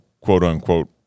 quote-unquote